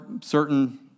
certain